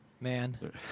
Man